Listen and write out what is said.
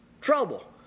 Trouble